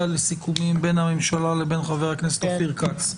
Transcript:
לסיכומים בין הממשלה לבין חה"כ אופיר כץ.